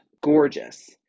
gorgeous